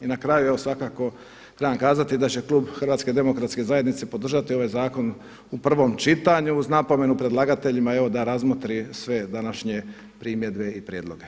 I na kraju evo svakako trebam kazati da će Klub HDZ-a podržati ovaj zakon u prvom čitanju uz napomenu predlagateljima evo da razmotri sve današnje primjedbe i prijedloge.